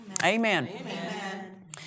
Amen